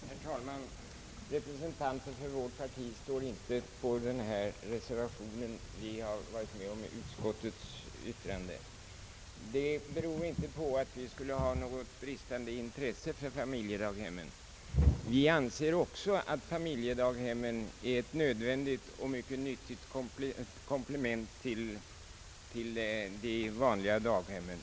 Herr talman! Representanter för vårt parti står inte bakom denna reservation, utan vi har varit med om utskottets yttrande. Det beror inte på att vi skulle ha något bristande intresse för familjedaghemmen. Vi anser också att familjedaghemmen är ett nödvändigt och mycket nyttigt komplement till de vanliga daghemmen.